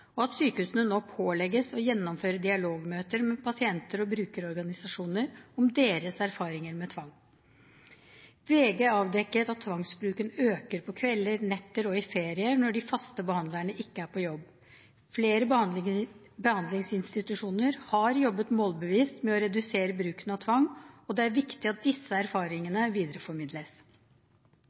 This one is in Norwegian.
og at sykehusene nå pålegges å gjennomføre dialogmøter med pasienter og brukerorganisasjoner om deres erfaringer med tvang. VG avdekket at tvangsbruken øker på kvelder, netter og i ferier, når de faste behandlerne ikke er på jobb. Flere behandlingsinstitusjoner har jobbet målbevisst med å redusere bruken av tvang, og det er viktig at disse erfaringene videreformidles.